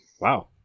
Wow